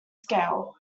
scale